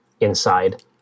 inside